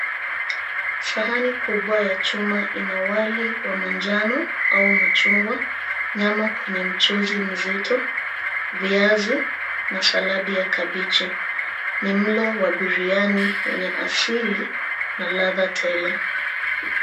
Sahani kubwa ya chuma ina wali wa manjano au machungwa, nyama kwenye mchuzi mzito, viazi na saladi ya kabichi. Ni mlo wa biryani wenye asili na ladha tele.